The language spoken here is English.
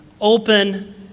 open